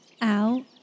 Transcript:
out